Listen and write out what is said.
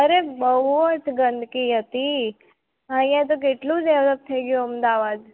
અરે બહુ જ ગંદકી હતી હાં અહિયાં તો કેટલું ડેવલપ થઈ ગયું અમદાવાદ